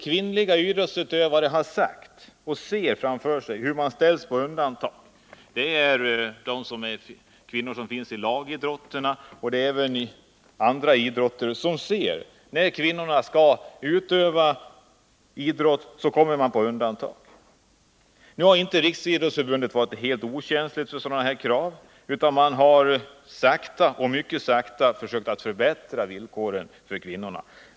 Kvinnliga idrottsutövare har pekat på det som de ser framför sig, nämligen att kvinnorna sätts på undantag. Det gäller både kvinnor i lagidrott och kvinnor i andra idrotter. Nu har Riksidrottsförbundet inte varit helt okänsligt för sådana här krav, utan man har sakta — mycket sakta — försökt förbättra villkoren för kvinnorna.